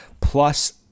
plus